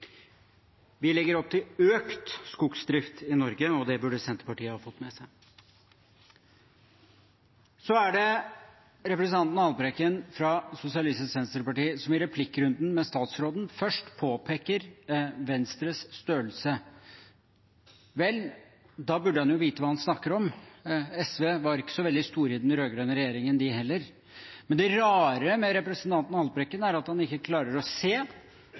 Vi legger opp til økt skogsdrift i Norge, og det burde Senterpartiet ha fått med seg. Så er det representanten Haltbrekken fra Sosialistisk Venstreparti, som i replikkrunden med statsråden først påpeker Venstres størrelse. Vel, da burde han jo vite hva han snakker om. SV var ikke så veldig stort i den rød-grønne regjeringen, de heller. Men det rare med representanten Haltbrekken er at han ikke klarer å se